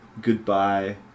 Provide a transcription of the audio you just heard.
goodbye